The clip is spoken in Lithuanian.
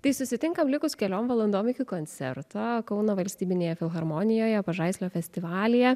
tai susitinkam likus keliom valandom iki koncerto kauno valstybinėje filharmonijoje pažaislio festivalyje